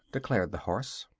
declared the horse.